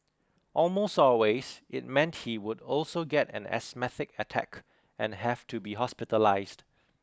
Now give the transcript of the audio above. almost always it meant he would also get an asthmatic attack and have to be hospitalised